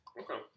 Okay